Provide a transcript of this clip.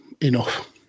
enough